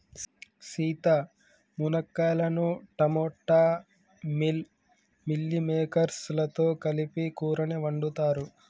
సీత మునక్కాయలను టమోటా మిల్ మిల్లిమేకేర్స్ లతో కలిపి కూరని వండుతారు